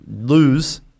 lose